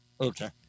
Okay